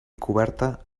coberta